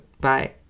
Bye